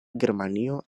germanio